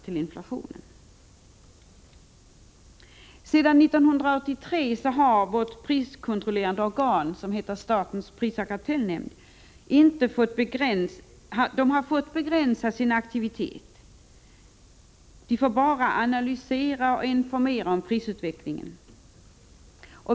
Sedan 1983 har vårt priskontrollerande organ, statens prisoch kartellnämnd, fått begränsa sin aktivitet till att analysera och informera om prisutvecklingen.